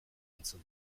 entzun